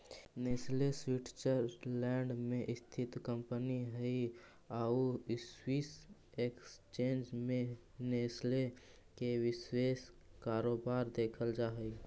Nestle Switzerland में स्थित company हइ आउ स्विस एक्सचेंज में नेस्ले के विशेष कारोबार देखल जा हइ